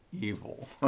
evil